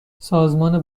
سازمان